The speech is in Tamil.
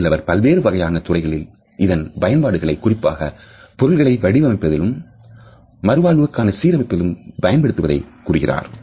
அதில் அவர் பல்வேறு வகையான துறைகளில் இதன் பயன்பாடுகளை குறிப்பாக பொருள்களை வடிவமைப்பதிலும் மறுவாழ்வுக்கான சீர் அமைப்பிலும் பயன்படுத்தப்படுவதை கூறுகிறார்